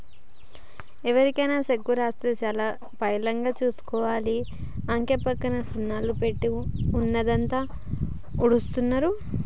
ఎవరికైనా చెక్కు రాసిస్తే చాలా పైలంగా చూసుకోవాలి, అంకెపక్క సున్నాలు పెట్టి ఉన్నదంతా ఊడుస్తరు